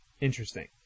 Interesting